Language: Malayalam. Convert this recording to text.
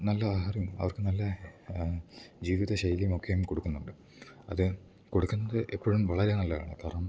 നല്ല ആഹാരം അവർക്ക് നല്ല ജീവിത ശൈലീം ഒക്കെയും കൊടുക്കുന്നുണ്ട് അത് കൊടുക്കുന്നത് എപ്പോഴും വളരെ നല്ലതാണ് കാരണം